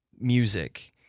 music